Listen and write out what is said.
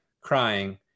crying